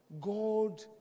God